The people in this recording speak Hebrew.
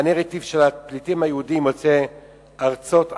והנרטיב של הפליטים היהודים יוצאי ארצות ערב,